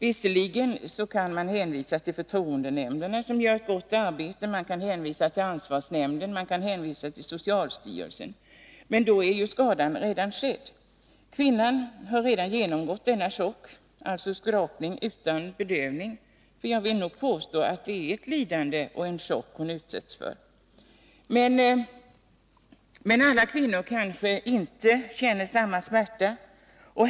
Visserligen kan man hänvisa till förtroendenämnden, som gör ett gott arbete, till ansvarsnämnden eller till socialstyrelsen, men då är ju skadan redan skedd. Kvinnan har redan genomgått denna chock, alltså skrapning utan bedövning. Jag vill nog påstå att det är ett lidande och en chock hon utsätts för. Alla kvinnor kanske inte känner samma smärta.